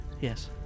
Yes